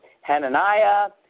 Hananiah